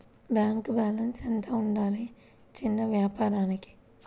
Bank balance ఎంత ఉండాలి చిన్న వ్యాపారానికి?